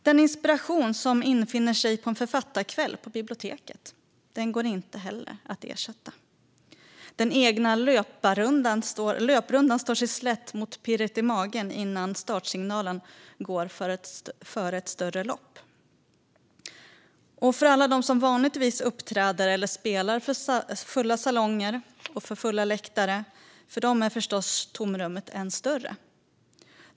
Den inspiration som infinner sig på en författarkväll på biblioteket går inte heller att ersätta. Den egna löprundan står sig slätt mot pirret i magen innan startsignalen går för ett större lopp. Och för alla dem som vanligtvis uppträder eller spelar för fulla salonger och fulla läktare är förstås tomrummet än större.